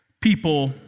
people